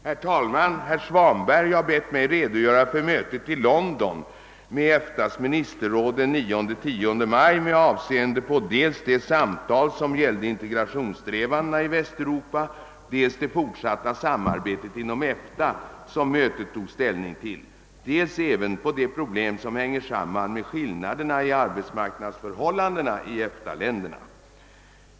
Herr talman! Herr Svanberg har bett mig redogöra för mötet i London med EFTA:s ministerråd den 9—10 maj med avseende på dels de samtal som gällde integrationssträvandena i Västeuropa, dels det fortsatta samarbetet inom EFTA som mötet tog ställning till, dels även på de problem som hänger sam man med skillnaderna i arbetsmarknadsförhållandena i EFTA-länderna.